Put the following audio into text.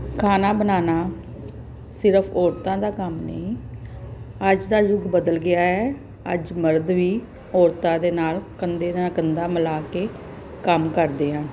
ਖਾਣਾ ਬਣਾਉਣਾ ਸਿਰਫ ਔਰਤਾਂ ਦਾ ਕੰਮ ਨਹੀਂ ਅੱਜ ਦਾ ਯੁੱਗ ਬਦਲ ਗਿਆ ਹੈ ਅੱਜ ਮਰਦ ਵੀ ਔਰਤਾਂ ਦੇ ਨਾਲ ਕੰਧੇ ਨਾਲ ਕੰਧੇ ਮਿਲਾ ਕੇ ਕੰਮ ਕਰਦੇ ਹਨ